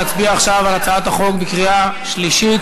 להצביע עכשיו על הצעת החוק בקריאה שלישית,